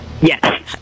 Yes